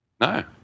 No